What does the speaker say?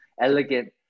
elegant